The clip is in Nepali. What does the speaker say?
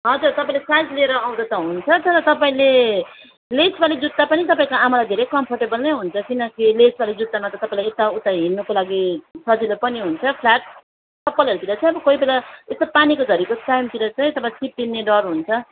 हजुर तपाईँले साइज लिएर आउँदा त हुन्छ तर तपाईँले लेसवाले जुत्ता पनि तपाईँको आमालाई धेरै कम्फोर्टेबल नै हुन्छ किनकि लेसवाले जुत्तामा त तपाईँलाई एताउता हिँड्नुको लागि सजिलो पनि हुन्छ फ्ल्याट चप्पलहरूतिर चाहिँ अब कोहीबेला यस्तो पानीको झरीको समयतिर चाहिँ तपाईँलाई चिप्लिने डर हुन्छ